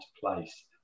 place